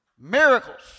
Miracles